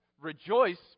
rejoice